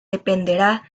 dependerá